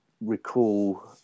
recall